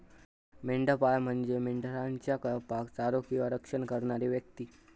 मेंढपाळ म्हणजे मेंढरांच्या कळपाक चारो किंवा रक्षण करणारी व्यक्ती